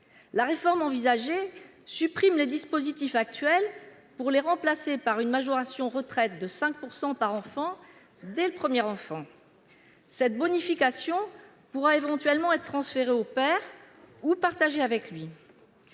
La réforme envisagée vise à supprimer les dispositifs actuels pour les remplacer par une majoration retraite de 5 % par enfant dès le premier enfant. Cette bonification pourra éventuellement être transférée au père ou partagée avec lui.